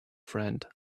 friend